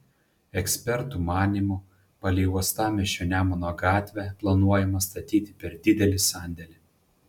ekspertų manymu palei uostamiesčio nemuno gatvę planuojama statyti per didelį sandėlį